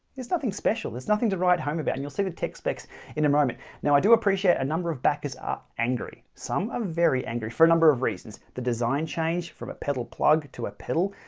there's nothing special. there's nothing to write home about and you'll see the tech specs in a moment. now i do appreciate a number of backers are angry, some are very angry for a number of reasons the design change from a pedal plug to a pedal,